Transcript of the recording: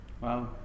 Wow